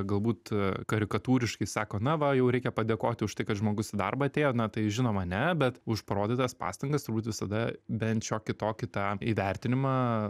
galbūt karikatūriškai sako na va jau reikia padėkoti už tai kad žmogus į darbą atėjo na tai žinoma ne bet už parodytas pastangas turbūt visada bent šiokį tokį tą įvertinimą